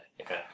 okay